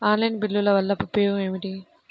Online బిల్లుల వల్ల ఉపయోగమేమిటీ?